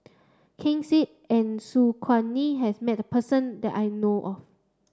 Ken Seet and Su Guaning has met person that I know of